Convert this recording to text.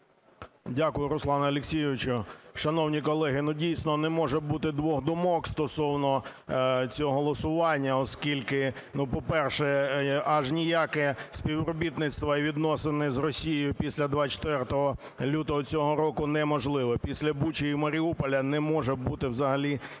Дякую, Руслане Олексійовичу. Шановні колеги, ну, дійсно, не може бути двох думок стосовно цього голосування, оскільки, ну, по-перше, аж ніяке співробітництво і відносини з Росією після 24 лютого цього року неможливе, після Бучі і Маріуполя не може бути взагалі ніяких